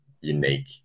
unique